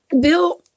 Bill